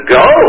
go